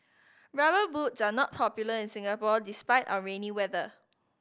Rubber Boots are not popular in Singapore despite our rainy weather